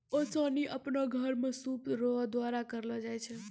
ओसानी आपनो घर मे सूप रो द्वारा करलो जाय छै